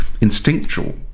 instinctual